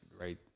right